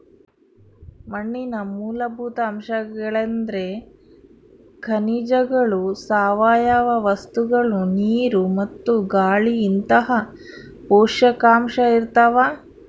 ಮಣ್ಣಿನ ಮೂಲಭೂತ ಅಂಶಗಳೆಂದ್ರೆ ಖನಿಜಗಳು ಸಾವಯವ ವಸ್ತುಗಳು ನೀರು ಮತ್ತು ಗಾಳಿಇಂತಹ ಪೋಷಕಾಂಶ ಇರ್ತಾವ